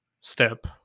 step